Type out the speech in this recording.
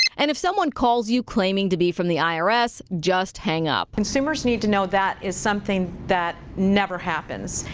and if someone calls you claiming to be from the i r s, just hang up. consumers need to know that is something that never happens.